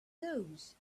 those